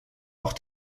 auch